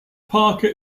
parker